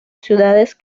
ciudades